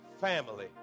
family